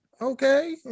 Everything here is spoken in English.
Okay